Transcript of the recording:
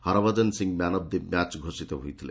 Harbhajan Singh man of the match ଘୋଷିତ ହୋଇଥିଲେ